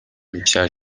بیشتر